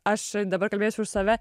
aš dabar kalbėsiu už save